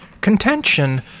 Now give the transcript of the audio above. contention